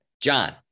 John